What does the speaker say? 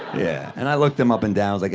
yeah, and i looked him up and down, like